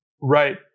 right